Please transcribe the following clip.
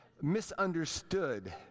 misunderstood